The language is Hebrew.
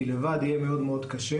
כי לבד יהיה מאוד קשה.